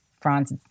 Franz